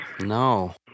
No